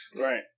right